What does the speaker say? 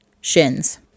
shins